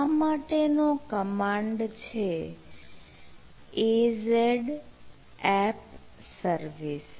આ માટેનો કમાન્ડ છે az app service